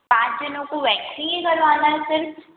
पाँच जनों को वैक्स ही करवाना है सिर्फ